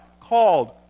called